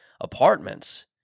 apartments